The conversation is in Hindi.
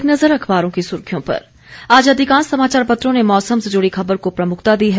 एक नज़र अखबारों की सुर्खियों पर आज अधिकांश समाचार पत्रों ने मौसम से जुड़ी खबर को प्रमुखता दी है